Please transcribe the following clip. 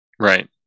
Right